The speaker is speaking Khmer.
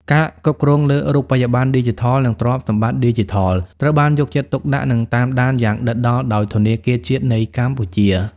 ការគ្រប់គ្រងលើ "រូបិយប័ណ្ណឌីជីថល" និង "ទ្រព្យសកម្មឌីជីថល" ត្រូវបានយកចិត្តទុកដាក់ និងតាមដានយ៉ាងដិតដល់ដោយធនាគារជាតិនៃកម្ពុជា។